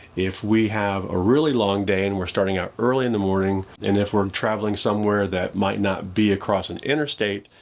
if we have a really long day and we're starting out early in the morning, and if we're traveling somewhere that might not be across an interstate,